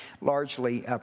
largely